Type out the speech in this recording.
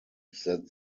that